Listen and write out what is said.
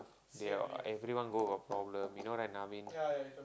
they everyone go got problem you know right naveen